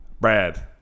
Brad